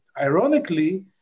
Ironically